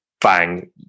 bang